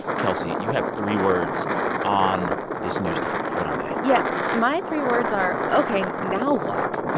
kelsey, you have three words on this news topic. what are they? yes, my three words are ok, now what?